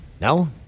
No